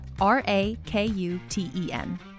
R-A-K-U-T-E-N